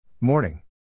Morning